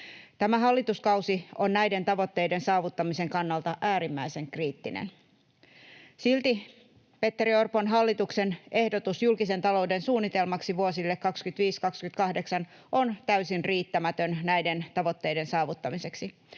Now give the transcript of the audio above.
Tämä hallituskausi on näiden tavoitteiden saavuttamisen kannalta äärimmäisen kriittinen. Silti Petteri Orpon hallituksen ehdotus julkisen talouden suunnitelmaksi vuosille 25—28 on täysin riittämätön näiden tavoitteiden saavuttamiseksi.